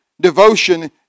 devotion